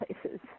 places